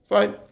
Fine